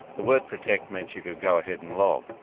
the word protect means you could go ahead and log.